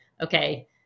okay